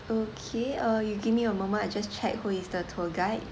okay uh you give me a moment I just check who is the tour guide